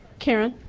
karen.